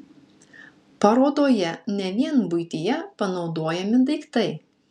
parodoje ne vien buityje panaudojami daiktai